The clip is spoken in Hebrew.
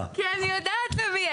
שאלה דברים שאנשים יודעים,